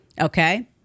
Okay